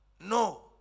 No